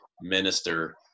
minister